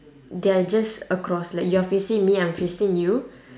they're just across like you're facing me I'm facing you